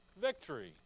victory